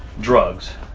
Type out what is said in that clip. drugs